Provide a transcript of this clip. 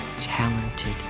talented